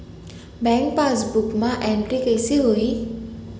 Bank passbook मा entry कइसे होही?